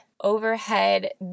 overhead